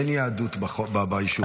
אין יהדות ביישוב הזה.